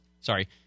sorry